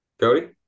Cody